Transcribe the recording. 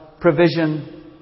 provision